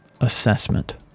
assessment